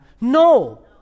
No